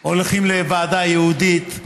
הולכים לוועדה ייעודית,